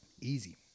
Easy